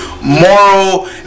moral